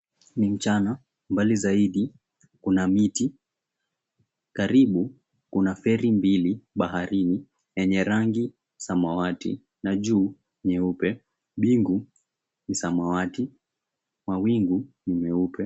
Ni mchana. Mbali zaidi kuna miti. Karibu, kuna feri mbili baharini yenye rangi samawati na juu nyeupe. Mbingu ni samawati. Mawingu ni meupe.